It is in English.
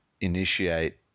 initiate